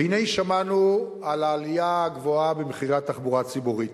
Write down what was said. והנה שמענו על העלייה הגבוהה במחירי הנסיעות בתחבורה הציבורית.